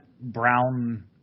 brown